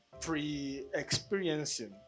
pre-experiencing